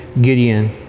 gideon